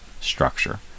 structure